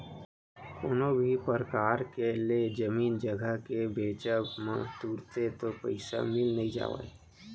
कोनो भी परकार ले जमीन जघा के बेंचब म तुरते तो पइसा मिल नइ जावय